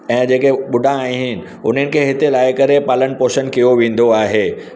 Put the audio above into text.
ऐं जेके बुढा आहिनि उन्हनि खे हिते लाहे करे पालन पोषणु कयो वेंदो आहे